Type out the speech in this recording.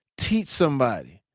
teach somebody.